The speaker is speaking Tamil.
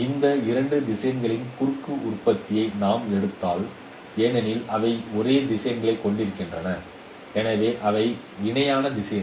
இந்த இரண்டு திசையன்களின் குறுக்கு உற்பத்தியை நாம் எடுக்கலாம் ஏனெனில் அவை ஒரே திசைகளைக் கொண்டிருக்கின்றன எனவே அவை இணையான திசையன்கள்